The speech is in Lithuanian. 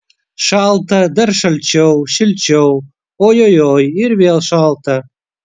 šalta dar šalčiau šilčiau ojojoi ir vėl šalta